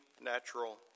natural